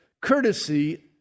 courtesy